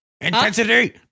Intensity